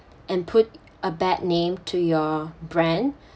and put a bad name to your brand